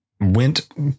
went